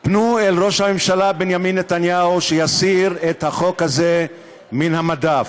פנו אל ראש הממשלה בנימין נתניהו שיסיר את החוק הזה מן המדף,